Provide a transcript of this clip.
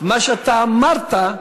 מה שאתה אמרת,